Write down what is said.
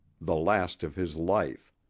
the last of his life.